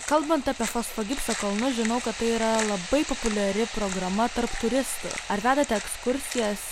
kalbant apie fosfo gipso kalnus žinau kad tai yra labai populiari programa tarp turistų ar vedate ekskursijas